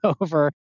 over